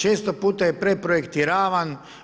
Često puta je preprojektiravan.